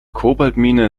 kobaltmine